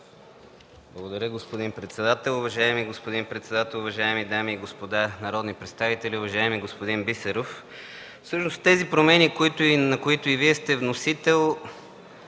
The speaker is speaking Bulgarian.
Благодаря, господин председател. Уважаеми господин председател, уважаеми дами и господа народни представители! Уважаеми господин Бисеров, всъщност тези промени, на които и Вие сте вносител,